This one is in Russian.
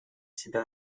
себя